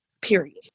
period